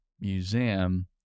museum